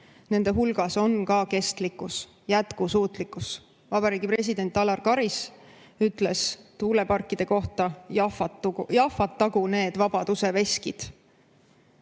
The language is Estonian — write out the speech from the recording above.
nende hulgas on ka kestlikkus, jätkusuutlikkus. Vabariigi president Alar Karis ütles tuuleparkide kohta: jahvatagu need vabaduse veskid.